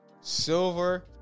silver